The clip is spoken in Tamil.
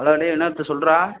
ஹலோ டேய் என்ன ஆச்சு சொல்றா